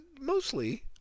Mostly